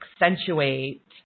accentuate